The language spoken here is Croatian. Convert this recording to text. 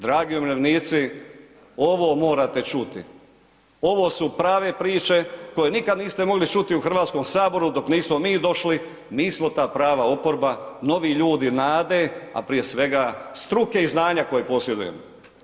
Dragi umirovljenici, ovo morate čuti, ovo su prave priče koje nikad niste mogli čuti u HS dok nismo mi došli, mi smo ta prava oporba, novi ljudi nade, a prije svega struke i znanja koje posjedujemo.